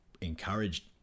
encouraged